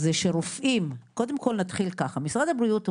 משרד הבריאות אומר: